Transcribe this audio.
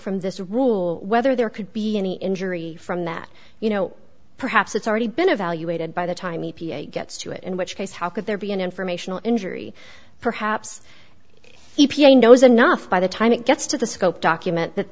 from this rule whether there could be any injury from that you know perhaps it's already been evaluated by the time e p a gets to it in which case how could there be an informational injury perhaps e p a knows enough by the time it gets to the scope document that